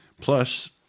Plus